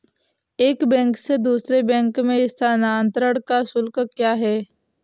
एक बैंक से दूसरे बैंक में स्थानांतरण का शुल्क क्या है?